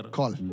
call